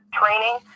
training